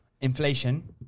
inflation